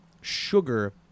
sugar